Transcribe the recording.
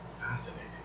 Fascinating